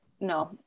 No